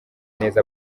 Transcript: neza